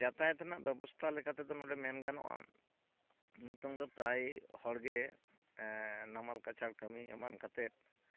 ᱡᱟᱛᱟᱭᱟᱛ ᱨᱮᱱᱟᱜ ᱵᱮᱵᱚᱥᱛᱟ ᱞᱮᱠᱟᱛᱮ ᱫᱚ ᱱᱚᱰᱮ ᱢᱮᱱ ᱜᱟᱱᱚᱜᱼᱟ ᱱᱤᱛᱚᱝ ᱫᱚ ᱯᱨᱟᱭ ᱦᱚᱲᱜᱮ ᱱᱟᱢᱟᱞ ᱠᱟᱪᱷᱟᱲ ᱠᱟᱹᱢᱤ ᱮᱢᱟᱱ ᱠᱟᱛᱮᱫ